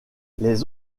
les